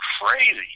crazy